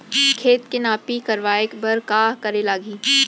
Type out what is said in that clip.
खेत के नापी करवाये बर का करे लागही?